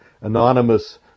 anonymous